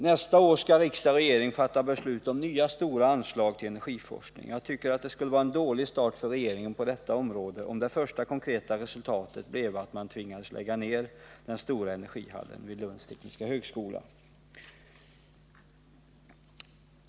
Nästa år skall regering och riksdag fatta beslut om nya stora anslag för energiforskningen. Jag tycker att regeringen skulle få en dålig start på detta område, om det första konkreta resultatet blev att man tvingades lägga ner den stora energihallen vid Lunds tekniska högskola.